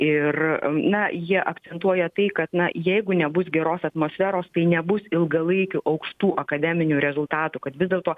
ir na jie akcentuoja tai kad na jeigu nebus geros atmosferos tai nebus ilgalaikių aukštų akademinių rezultatų kad vis dėlto